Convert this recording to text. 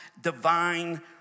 divine